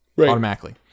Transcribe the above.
automatically